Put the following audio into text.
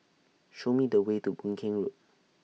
Show Me The Way to Boon Keng Road